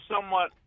somewhat